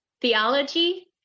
theology